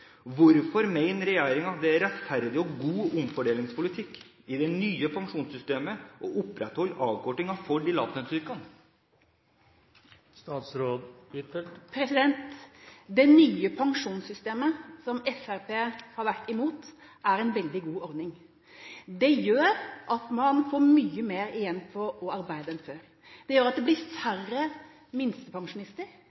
Hvorfor mener regjeringen det er rettferdig og god omfordelingspolitikk å opprettholde avkortingen for lavlønnsyrkene i det nye pensjonssystemet? Det nye pensjonssystemet – som Fremskrittspartiet har vært imot – er en veldig god ordning. Det gjør at man får mye mer igjen for å arbeide enn før, og at det blir færre minstepensjonister. Det gjør at vi kan opprettholde det